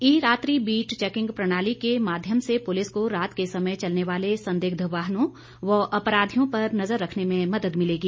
ई रात्रि beat checking प्रणाली के माध्यम से पुलिस को रात के समय चलने वाले संदिग्ध वाहनों व अपराधियों पर नज़र रखने में मद्द मिलेगी